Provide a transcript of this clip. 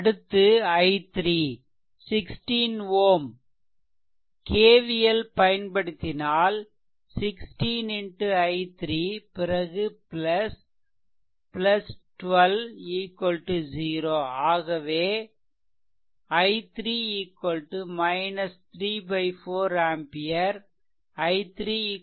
அடுத்து i3 16 Ω KVL பயன்படுத்தினால் 16 i3 பிறகு 12 0 ஆகவே i3 3 4 ஆம்பியர்